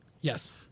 Yes